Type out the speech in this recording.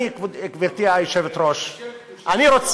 אני, גברתי היושבת-ראש, אני,